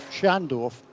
Schandorf